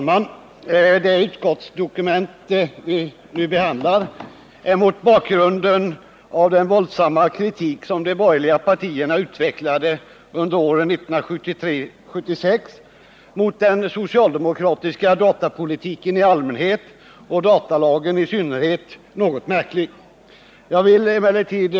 Herr talman! Mot bakgrund av den våldsamma kritik som de borgerliga partierna under åren 1973-1976 utvecklade mot den socialdemokratiska datapolitiken i allmänhet och datalagen i synnerhet är det utskottsdokument som vi nu behandlar något märkligt.